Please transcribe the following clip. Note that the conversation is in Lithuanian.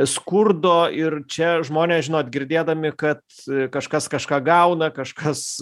skurdo ir čia žmonės žinot girdėdami kad kažkas kažką gauna kažkas